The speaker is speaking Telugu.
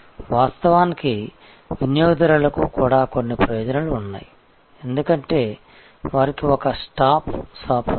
వాస్తవానికి వినియోగదారులకు కూడా కొన్ని ప్రయోజనాలు ఉన్నాయి ఎందుకంటే వారికి ఒక స్టాప్ షాప్ ఉంది